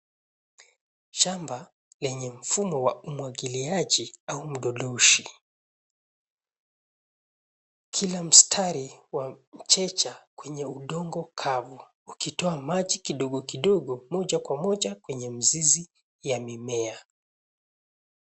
Shamba lenye mfumo wa umwagiliaji au mdodoshi. Kila mstari wa mchicha kwenye udongo kavu ukitoa maji kidogo kidogo moja kwa moja kwenye mzizi ya mimea.